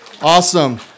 Awesome